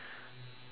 ya